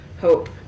hope